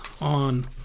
on